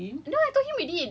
ah but ya it's just it's